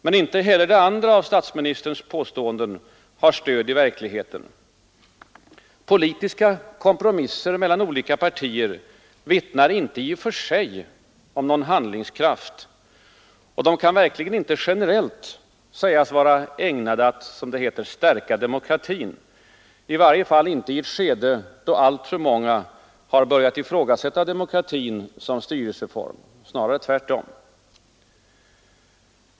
Men inte heller stats ministerns andra påstående har stöd i verkligheten. Politiska kompromisser mellan olika partier vittnar inte i och för sig om någon ”handlingskraft”. Och de kan verkligen inte betraktas som ägnade att ”stärka demokratin”, i varje fall inte i ett skede, då alltför många börjat ifrågasätta demokratin som styrelseform. Snarare tvärtom.